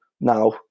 now